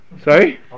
sorry